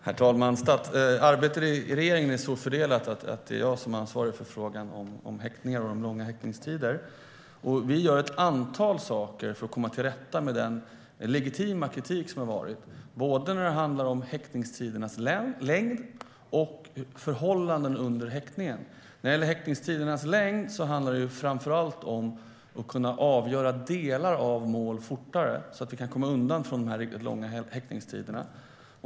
Herr talman! Arbetet i regeringen är så fördelat att det är jag som ansvarar för frågan om häktningar och de långa häktningstiderna. Vi gör ett antal saker för att komma till rätta med den legitima kritik som har funnits, både när det handlar om häktningstidernas längd och förhållandena under häktningen. När det gäller häktningstidernas längd handlar det framför allt om att kunna avgöra delar av mål snabbare så att vi kan komma undan de riktigt långa häktningstiderna.